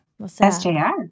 SJR